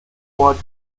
watt